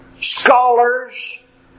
Scholars